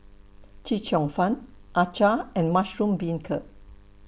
Chee Cheong Fun Acar and Mushroom Beancurd